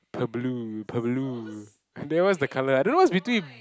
purblue purblue then what is the colour I don't know what's between